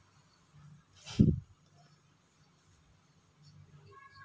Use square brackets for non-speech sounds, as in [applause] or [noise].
[breath]